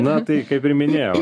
na tai kaip ir minėjau